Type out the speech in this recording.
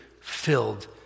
filled